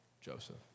Joseph